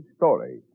story